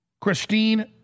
Christine